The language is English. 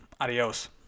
Adios